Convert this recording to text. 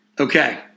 Okay